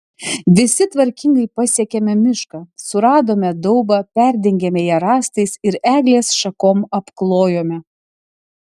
visi tvarkingai pasiekėme mišką suradome daubą perdengėme ją rąstais ir eglės šakom apklojome